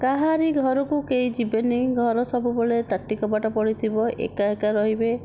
କାହାରି ଘରକୁ କେହି ଯିବେନି ଘରେ ସବୁବେଳେ ତାଟି କବାଟ ପଡ଼ିଥିବ ଏକା ଏକା ରହିବେ